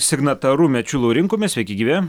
signataru mečiu laurinkumi sveiki gyvi